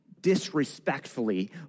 disrespectfully